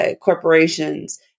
corporations